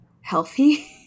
healthy